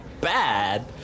bad